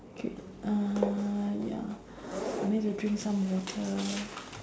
okay uh ya I need to drink some water